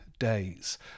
days